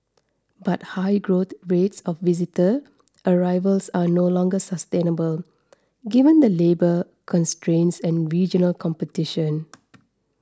but high growth rates of visitor arrivals are no longer sustainable given the labour constraints and regional competition